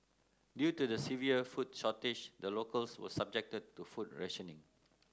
due to the severe food shortage the locals were subjected to food rationing